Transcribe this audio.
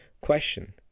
Question